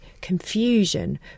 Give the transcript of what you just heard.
confusion